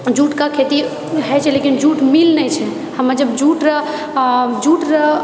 जूटके खेती होइछेै लेकिन जूट मिल नहि छै हमर जब जूट आ जूट